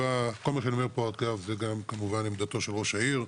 כל מה שאני אומר זו גם עמדתו של ראש העיר,